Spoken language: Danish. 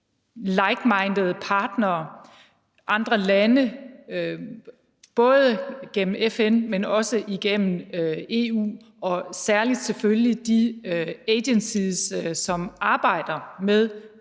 ligesindede partnere, andre lande, både gennem FN, men også gennem EU og selvfølgelig særlig de organisationer, som arbejder med